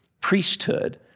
priesthood